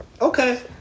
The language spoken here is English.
Okay